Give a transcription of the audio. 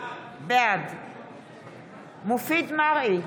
בעד מופיד מרעי,